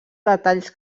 detalls